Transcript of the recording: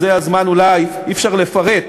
אז זה הזמן אולי, אי-אפשר לפרט,